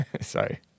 Sorry